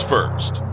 First